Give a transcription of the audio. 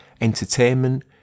entertainment